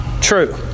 true